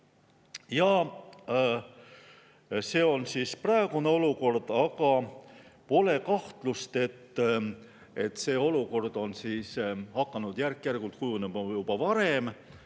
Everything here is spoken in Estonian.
See on praegune olukord, aga pole kahtlust, et see olukord on hakanud järk-järgult kujunema juba varem